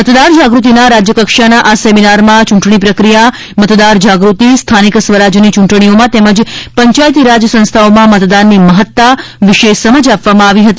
મતદાર જાગ્રતિના રાજ્યકક્ષાના આ સેમિનારમાં ચૂંટણી પ્રક્રિયા મતદાર જાગૃતિ સ્થાનિક સ્વરાજની ચૂંટણીઓ તેમજ પંચાયતની રાજ સંસ્થાઓમાં મતદાનની મહત્તા વિશે સમજ આપવામાં આવી હતી